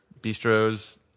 bistros